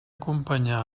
acompanyar